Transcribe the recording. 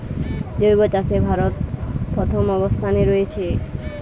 জৈব চাষে ভারত প্রথম অবস্থানে রয়েছে